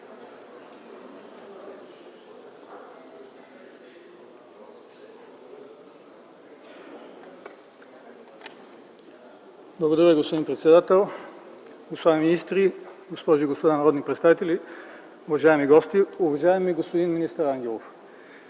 Благодаря, господин председател. Господа министри, госпожи и господа народни представители, уважаеми гости! Уважаеми господин министър Ангелов,